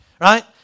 right